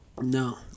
No